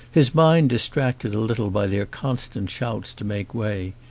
his mind distracted a little by their constant shouts to make way,